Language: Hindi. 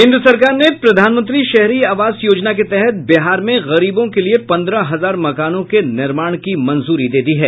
केंद्र सरकार ने प्रधानमंत्री शहरी आवास योजना के तहत बिहार में गरीबों के लिये पंद्रह हजार मकानों के निर्माण की मंजूरी दे दी है